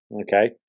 Okay